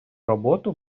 роботу